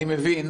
אני מבין